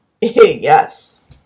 Yes